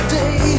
day